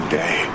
day